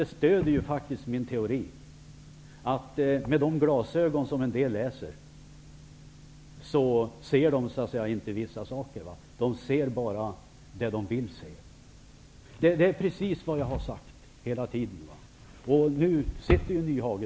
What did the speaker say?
Det stöder min teori att somliga läser med glasögon som gör att de inte ser allt; de ser bara det de vill se. Det är precis det jag har sagt hela tiden.